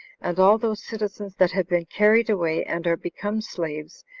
and all those citizens that have been carried away, and are become slaves,